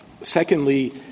Secondly